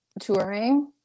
touring